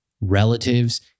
relatives